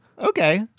Okay